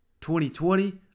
2020